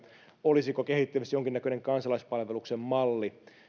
olisiko kehittymässä jonkinlainen kansalaispalveluksen malli